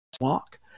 walk